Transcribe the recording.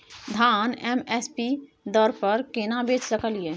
धान M S P दर पर केना बेच सकलियै?